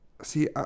See